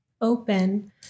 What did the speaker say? open